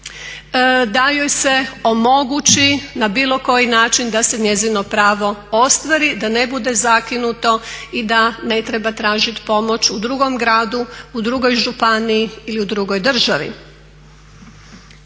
da joj se omogući na bilo koji način da se njezino pravo ostvari da ne bude zakinuto i da ne treba tražiti pomoć u drugom gradu, u drugoj županiji ili u drugoj državi.